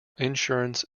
insurance